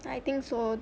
I think so